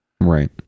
right